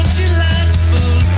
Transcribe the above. delightful